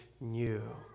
new